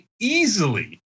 easily